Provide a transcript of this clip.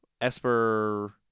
Esper